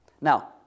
Now